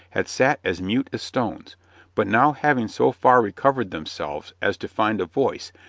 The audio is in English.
had sat as mute as stones but now having so far recovered themselves as to find a voice,